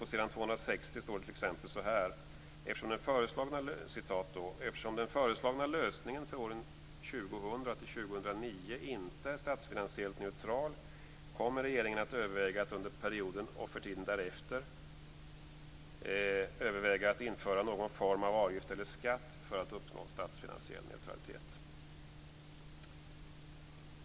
På s. 260 i propositionen står det t.ex. så här: 2000-2009 inte är statsfinansiellt neutral kommer regeringen att överväga att under perioden och för tiden därefter införa någon form av avgift eller skatt för att uppnå statsfinansiell neutralitet."